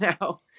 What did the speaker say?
now